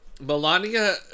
Melania